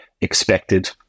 expected